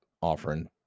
offering